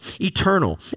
eternal